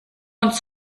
uns